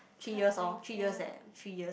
three years lor three years eh three years